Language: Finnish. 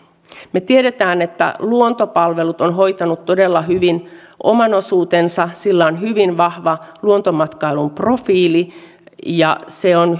me tiedämme että luontopalvelut on hoitanut todella hyvin oman osuutensa sillä on hyvin vahva luontomatkailuprofiili ja se on